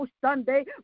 Sunday